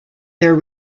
their